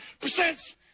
percent